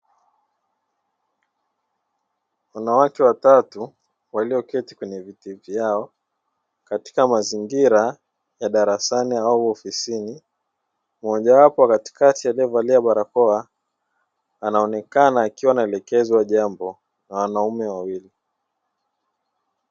Wanawake watatu walioketi kwenye viti vyao katika mazingira ya darasani au ofisini; mmojawapo katikati aliyevalia barakoa, anaonekana akiwa anaelekezwa jambo na wanaume wawili.